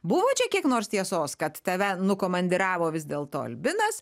buvo čia kiek nors tiesos kad tave nukomandiravo vis dėlto albinas